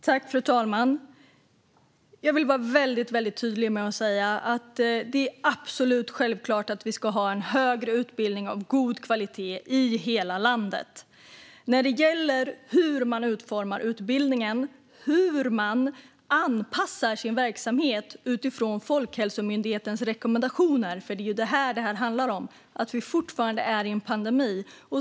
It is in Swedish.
Fru talman! Jag vill vara väldigt tydlig. Det är absolut självklart att det ska finnas en högre utbildning av god kvalitet i hela landet. Det gäller nu att man utformar utbildningen och anpassar sin verksamhet utifrån Folkhälsomyndighetens rekommendationer. Det hela handlar om att vi fortfarande befinner oss i en pandemi.